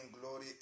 glory